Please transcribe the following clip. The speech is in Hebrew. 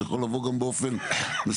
זה יכול לבוא גם באופן מסודר,